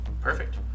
Perfect